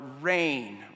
rain